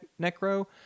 necro